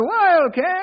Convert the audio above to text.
wildcat